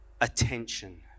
attention